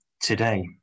today